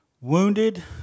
wounded